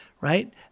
right